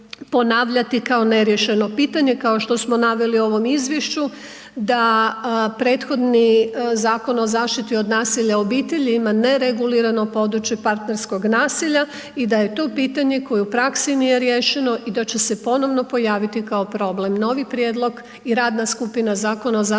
kao neriješeno pitanje, kao što smo naveli u ovom izvješću da prethodni Zakon o zaštiti od nasilja u obitelji ima neregulirano područje partnerskog nasilja i da je to pitanje koje u praksi nije rije riješeno i da će se ponovno pojaviti kao problem. Novi prijedlog i radna skupina Zakona o zaštiti od